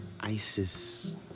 Isis